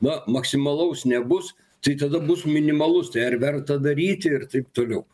na maksimalaus nebus tai tada bus minimalus tai ar verta daryti ir taip toliau